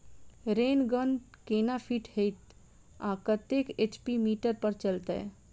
Rain gun केना fit हेतइ आ कतेक एच.पी मोटर पर चलतै?